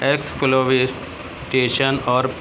اور